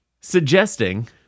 suggesting